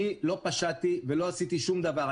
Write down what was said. אני לא פשעתי ולא עשיתי שום דבר,